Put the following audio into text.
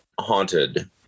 haunted